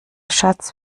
schatz